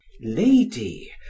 Lady